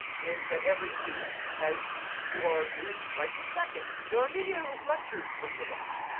is that every week, as you are doing right this second, there are video lectures for you to watch.